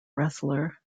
wrestler